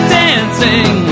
dancing